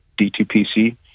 D2PC